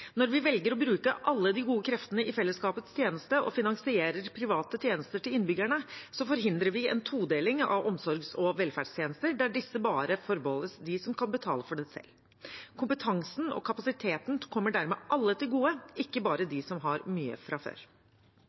Når vi velger å bruke alle de gode kreftene i fellesskapets tjeneste og finansierer private tjenester til innbyggerne, forhindrer vi en todeling av omsorgs- og velferdstjenester, der disse bare forbeholdes dem som kan betale for dem selv. Kompetansen og kapasiteten kommer dermed alle til gode, ikke bare dem som har mye fra før.